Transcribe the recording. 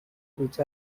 which